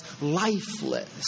lifeless